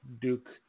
Duke